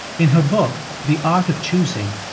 in her book, the art of choosing,